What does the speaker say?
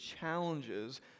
challenges